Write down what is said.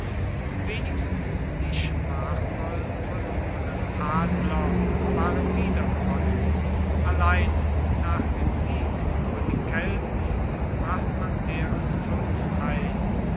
wenigstens die schmachvoll verlorenen adler waren wiedergewonnen allein nach dem sieg über die kelten brachte man deren fünf ein